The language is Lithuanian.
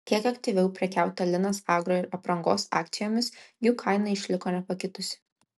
kiek aktyviau prekiauta linas agro ir aprangos akcijomis jų kaina išliko nepakitusi